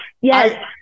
Yes